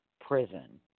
prison